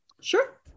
Sure